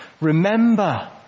remember